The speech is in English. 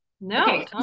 no